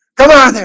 come on